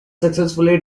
successfully